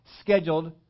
scheduled